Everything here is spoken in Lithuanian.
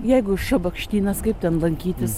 jeigu šabakštynas kaip ten lankytis